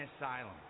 asylum